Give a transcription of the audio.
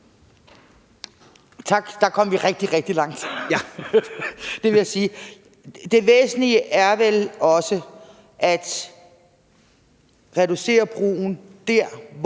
langt; det vil jeg sige. Det væsentlige er vel også at reducere brugen der,